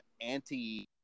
anti